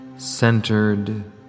Centered